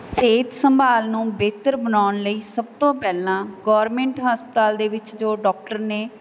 ਸਿਹਤ ਸੰਭਾਲ ਨੂੰ ਬਿਹਤਰ ਬਣਾਉਣ ਲਈ ਸਭ ਤੋਂ ਪਹਿਲਾਂ ਗੌਰਮੈਂਟ ਹਸਪਤਾਲ ਦੇ ਵਿੱਚ ਜੋ ਡਾਕਟਰ ਨੇ